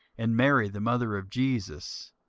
and mary the mother of jesus,